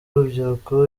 urubyiruko